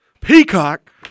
Peacock